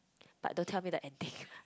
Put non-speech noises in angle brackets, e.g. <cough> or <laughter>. but don't tell me the ending <laughs>